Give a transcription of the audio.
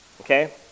okay